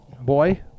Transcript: boy